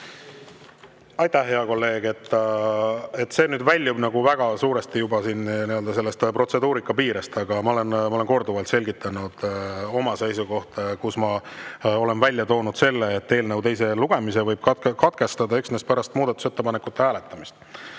Aitäh, hea kolleeg! See väljub juba väga suuresti protseduurika piirest. Aga ma olen korduvalt selgitanud oma seisukohta, ma olen välja toonud, et eelnõu teise lugemise võib katkestada üksnes pärast muudatusettepanekute hääletamist.